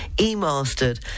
E-Mastered